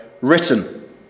written